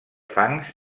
fangs